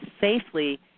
safely